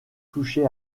touché